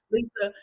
Lisa